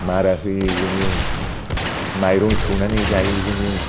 मारा होयो जोङो माइरं सौनानै जायो जोङो